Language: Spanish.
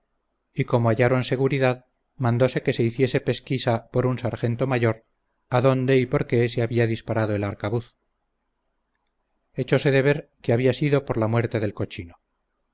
y como hallaron seguridad mandose que se hiciese pesquisa por un sargento mayor adónde y por qué se había disparado el arcabuz echose de ver que había sido por la muerte del cochino